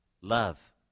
Love